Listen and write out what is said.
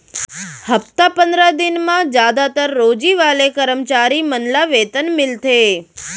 हप्ता पंदरा दिन म जादातर रोजी वाले करम चारी मन ल वेतन मिलथे